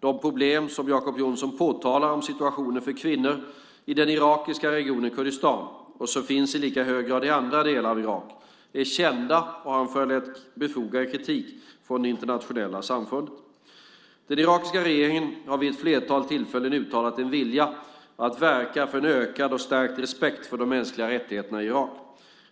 De problem som Jacob Johnson påtalar om situationen för kvinnor i den irakiska regionen Kurdistan, och som finns i lika hög grad i andra delar av Irak, är kända och har föranlett befogad kritik från det internationella samfundet. Den irakiska regeringen har vid ett flertal tillfällen uttalat en vilja att verka för en ökad och stärkt respekt för de mänskliga rättigheterna i Irak.